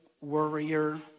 worrier